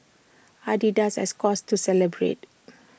Adidas has cause to celebrate